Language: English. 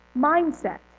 mindset